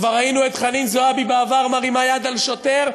כבר ראינו את חנין זועבי בעבר מרימה יד על שוטר,